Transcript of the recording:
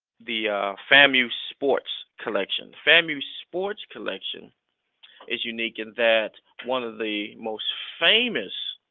the famu sports collection. famu sports collection is unique in that one of the most famous